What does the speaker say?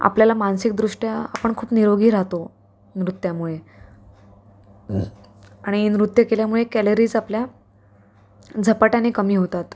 आपल्याला मानसिकदृष्ट्या आपण खूप निरोगी राहतो नृत्यामुळे आणि नृत्य केल्यामुळे कॅलरीज आपल्या झपाट्याने कमी होतात